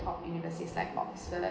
top universities like oxford